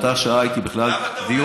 באותה שעה הייתי בכלל בדיון,